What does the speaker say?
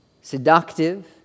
seductive